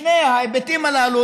את שני ההיבטים הללו,